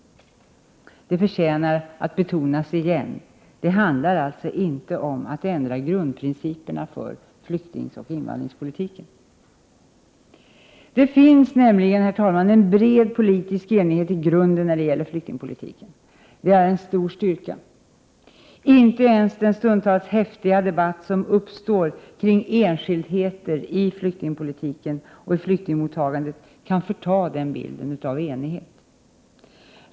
Detta förtjänar att betonas igen: det handlar alltså inte om att ändra grundprinciperna för flyktingoch invandringspolitiken. Herr talman! Det finns nämligen en bred politisk enighet i grunden när det gäller flyktingpolitiken, vilket är en stor styrka. Inte ens den stundtals häftiga debatt som kan uppstå kring enskildheter i flyktingpolitiken och i flyktingmottagandet kan förta den bilden av enighet.